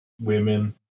women